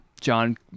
John